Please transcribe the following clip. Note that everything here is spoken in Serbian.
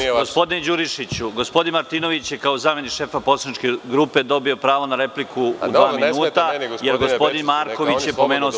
Molim vas, gospodine Đurišiću, gospodin Martinović je kao zamenik šefa poslaničke grupe dobio pravo na repliku dva minuta, jer je gospodin Marković pomenuo SNS.